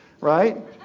right